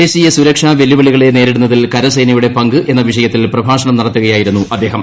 ദേശീയ സുരക്ഷാ വെല്ലുവിളികളെ നേരിടുന്നതിൽ കരസേനയുടെ പങ്ക് എന്ന വിഷയത്തിൽ പ്രഭാഷണം നടത്തുകയായിരുന്നു അദ്ദേഹം